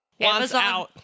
Amazon